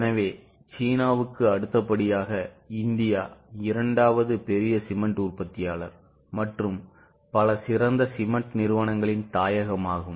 எனவே சீனாவுக்கு அடுத்தபடியாக இந்தியா இரண்டாவது பெரிய சிமென்ட் உற்பத்தியாளர் மற்றும் பல சிறந்த சிமென்ட் நிறுவனங்களின் தாயகமாகும்